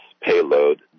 payload